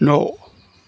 न'